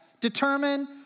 determine